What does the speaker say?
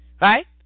Right